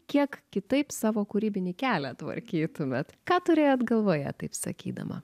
kiek kitaip savo kūrybinį kelią tvarkytumėt ką turėjot galvoje taip sakydama